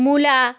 মূলা